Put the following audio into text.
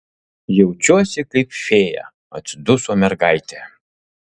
jaučiuosi kaip fėja atsiduso mergaitė